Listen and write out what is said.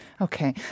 Okay